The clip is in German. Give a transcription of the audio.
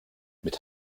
mit